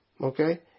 Okay